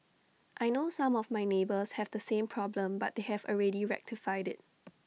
I know some of my neighbours have the same problem but they have already rectified IT